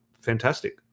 fantastic